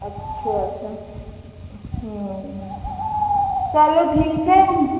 अच्छा अच्छा चलो ठीक है हम